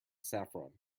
saffron